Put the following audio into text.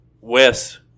Wes